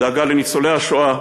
דאגה לניצולי השואה,